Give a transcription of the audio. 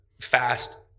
fast